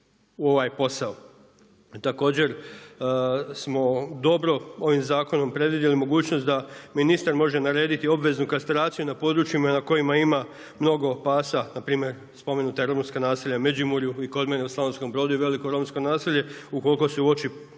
u ovaj posao. Također smo dobro ovim zakonom predvidjeli mogućnost da ministar može narediti obveznu kastraciju na područjima na kojima ima mnogo pasa, npr. spomenuta romska naselja u Međimurju i kod mene u Slavonskom Brodu je veliko romsko naselje ukoliko se uoči problem